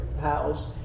house